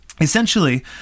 essentially